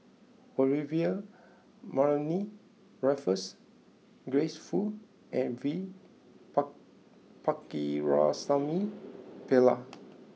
Olivia Mariamne Raffles Grace Fu and V Par Pakirisamy Pillai